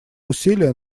усилия